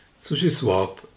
SushiSwap